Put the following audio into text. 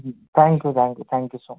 thank you thank you thank you so much